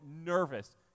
nervous